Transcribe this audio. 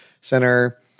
center